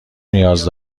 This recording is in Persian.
نیاز